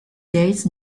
days